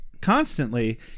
constantly